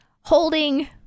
Holding